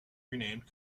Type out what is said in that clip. renamed